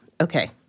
Okay